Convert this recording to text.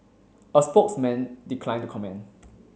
a spokesman declined to comment